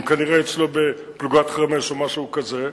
הם כנראה אצלו בפלוגת חרמ"ש או משהו כזה,